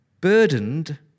Burdened